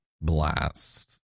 blast